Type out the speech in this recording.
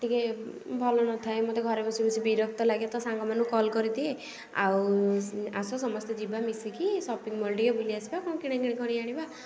ଟିକେ ଭଲ ନଥାଏ ମୋତେ ଘରେ ବସି ବସି ବିରକ୍ତ ଲାଗେ ତ ସାଙ୍ଗମାନଙ୍କୁ କଲ୍ କରିଦିଏ ଆଉ ଆସ ସମସ୍ତେ ଯିବା ମିଶିକି ସପିଂ ମଲ୍ ଟିକେ ବୁଲି ଆସିବା କ'ଣ କିଣାକିଣି କରି ଆଣିବା